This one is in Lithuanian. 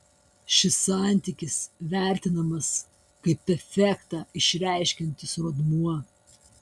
šis santykis vertinamas kaip efektą išreiškiantis rodmuo